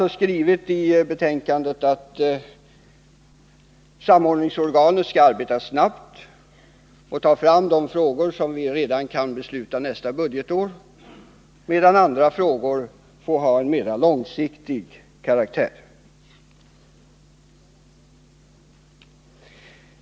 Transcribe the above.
Vi har i betänkandet skrivit att samordningsorganet skall arbeta snabbt och först ta fram de frågor som vi kan besluta om redan nästa budgetår, medan andra frågor får ha en mera långsiktig karaktär.